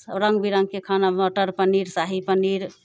सब रङ्ग बिरङ्गके खाना मटर पनीर शाही पनीर